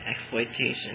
exploitation